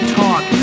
talk